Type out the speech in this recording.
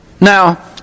Now